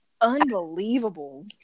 Unbelievable